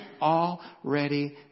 already